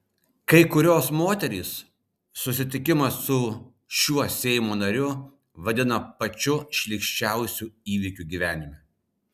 kai kurios moterys susitikimą su šiuo seimo nariu vadina pačiu šlykščiausiu įvykiu gyvenime